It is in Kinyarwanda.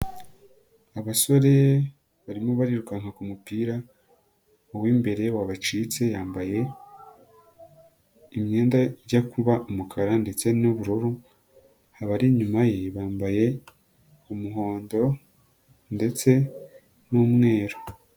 Abasore barimo barirukanka k'umupira uw'imbere wabacitse yambaye imyenda ijya kuba umukara ndetse n'ubururu, abari inyuma ye bambaye umuhondo ndetse n'umweru.